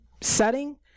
setting